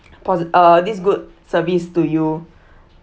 posi~ uh this good service to you